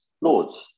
Lords